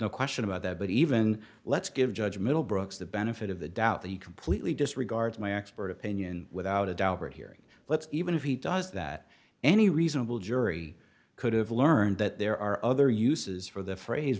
no question about that but even let's give judge middlebrooks the benefit of the doubt that he completely disregards my expert opinion without a doubt hearing let's even if he does that any reasonable jury could have learned that there are other uses for the phrase